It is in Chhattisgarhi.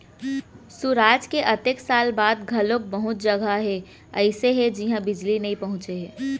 सुराज के अतेक साल बाद घलोक बहुत जघा ह अइसे हे जिहां बिजली नइ पहुंचे हे